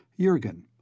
Jurgen